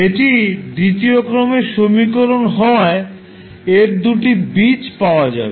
এটি দ্বিতীয় ক্রমের সমীকরণ হওয়ায় এর দুটি বীজ পাওয়া যাবে